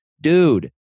dude